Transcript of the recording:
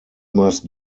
must